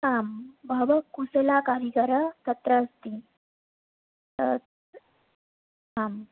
आं बहवः कुशलाः कारीगर तत्र अस्ति तत् आम्